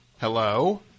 Hello